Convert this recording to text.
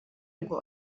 ngo